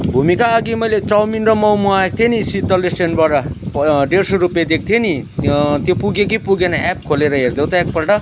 भूमिका अघि मैले चाउमिन र मोमो मगाएको थिएँ नि शीतल रेस्टुरेन्टबाट डेढ सौ रुपियाँ दिएको थिएँ नि त्यो पुग्यो कि पुगेन एप खोलेर हेरिदेऊ त एकपल्ट